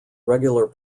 regular